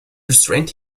restrained